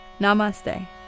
Namaste